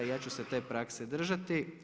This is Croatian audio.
Ja ću se te prakse držati.